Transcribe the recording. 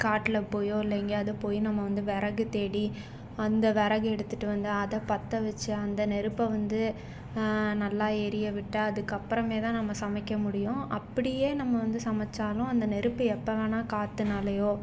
காட்டில் போயோ இல்லை எங்கையாவது போய் நம்ம வந்து விறகு தேடி அந்த விறகு எடுத்துகிட்டு வந்து அதை பற்றவச்சு அந்த நெருப்பை வந்து நல்லா எரிய விட்டு அதுக்கு அப்புறமேதான் நம்ம சமைக்க முடியும் அப்படியே நம்ம வந்து சமைச்சாலும் அந்த நெருப்பு எப்போ வேணா காற்றுனாலையோ